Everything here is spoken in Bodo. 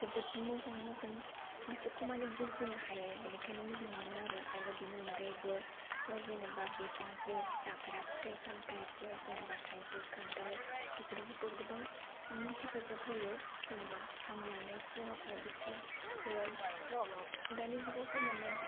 जोबोद मोजां मोजां गोसोखौ माने बोहोनो हायो बेनिखायनो मोजां मोनो आरो आरो बेनि अनगायैबो जेनेबा बिफांफोर जाग्रा फिथाय सामथायफोर जेनेबा थाइजौ खान्थाल बेफोरबोथ' गोबां हेफाजाब होयो जेनेबा हां लानायफोरावहाय बिसोरो दानि जुगावथ' माने